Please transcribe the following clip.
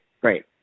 Great